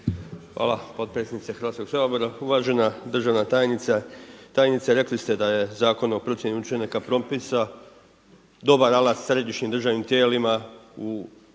Hvala potpredsjednice Hrvatskog sabora. Uvažena državna tajnice. Rekli ste da je zakon o procjeni učinaka propisa dobar alat središnjim državnim tijelima u